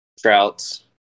trouts